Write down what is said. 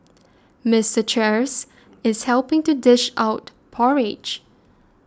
Mister Charles is helping to dish out porridge